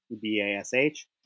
B-A-S-H